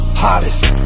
hottest